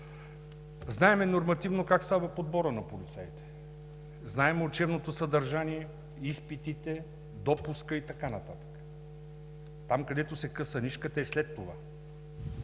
Знаем нормативно как става подборът на полицаите, знаем учебното съдържание, изпитите, допуска и така нататък. Там, където се къса нишката, е след това.